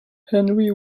henry